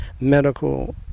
medical